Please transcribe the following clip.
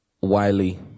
Wiley